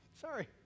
sorry